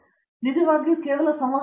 ಅರಂದಾಮ ಸಿಂಗ್ ಇದು ನಿಜವಾಗಿಯೂ ಕೇವಲ ಸಂವಹನ